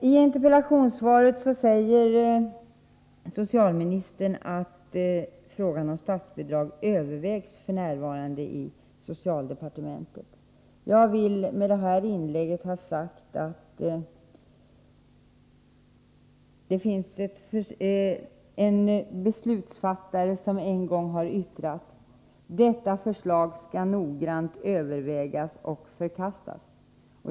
I interpellationssvaret säger socialministern att frågan om statsbidrag f. n. övervägs i socialdepartementet. Det finns en beslutsfattare som en gång har yttrat: Detta förslag skall noggrant övervägas och förkastas.